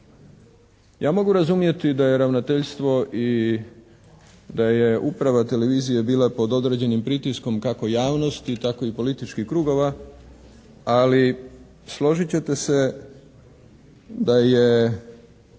Ja mogu razumjeti da je ravnateljstvo i da je uprava televizije bila pod određenim pritiskom kako javnosti tako i političkih krugova. Ali složit ćete se da je